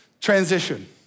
transition